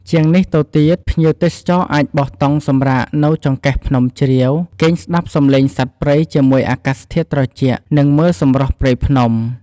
ជាងនេះទៅទៀត ភ្ញៀវទេសចរអាចបោះតង់សម្រាកនៅចង្កេះភ្នំជ្រាវ គេងស្ដាប់សំឡេងសត្វព្រៃជាមួយអាកាសធាតុត្រជាក់ និងមើលសម្រស់ព្រៃភ្នំ។